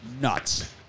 Nuts